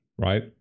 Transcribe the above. Right